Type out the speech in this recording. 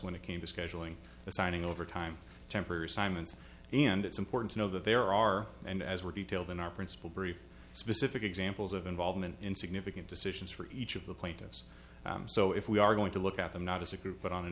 when it came to scheduling assigning overtime temporary assignments and it's important to know that there are and as were detailed in our principle brief specific examples of involvement in significant decisions for each of the plaintiffs so if we are going to look at them not as a group but on an